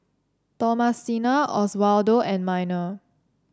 Thomasina Oswaldo and Minor